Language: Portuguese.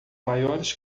maiores